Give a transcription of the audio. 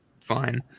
fine